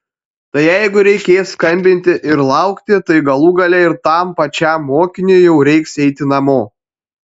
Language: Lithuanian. tai jeigu reikės skambinti ir laukti tai galų gale ir tam pačiam mokiniui jau reiks eiti namo